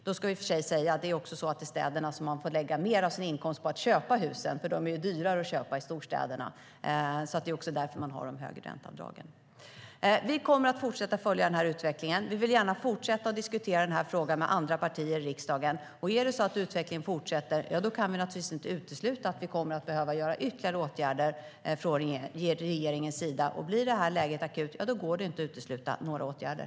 Då ska vi i och för sig också säga att man i städerna får lägga mer av sin inkomst på att köpa husen, för de är ju dyrare att köpa i storstäderna, så det är därför som ränteavdragen är högre. Vi kommer att fortsätta att följa utvecklingen, och vi vill gärna fortsätta att diskutera frågan med andra partier i riksdagen. Är det så att utvecklingen fortsätter kan vi naturligtvis inte utesluta att vi kommer att behöva vidta ytterligare åtgärder från regeringens sida. Blir läget akut går det inte att utesluta några åtgärder.